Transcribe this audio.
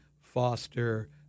foster